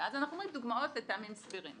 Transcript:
ואז אנחנו אומרים דוגמאות לטעמים סבירים.